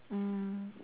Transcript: mm